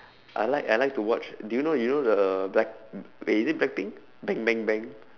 I like I like to watch do you know yo~ know the black wait is it blackpink bang bang bang